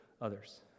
others